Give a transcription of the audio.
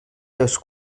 seves